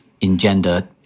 engender